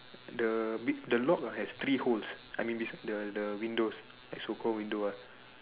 the big the lock ah has three holes I mean this the the windows like so called window ah